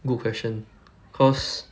good question cause